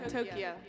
Tokyo